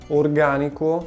organico